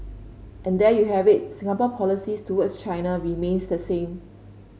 and there you have it Singapore policy towards China remains the same